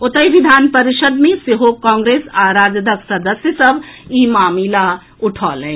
ओतहि विधान परिषद् मे सेहो कांग्रेस आ राजदक सदस्य सभ ई मामिला उठौलनि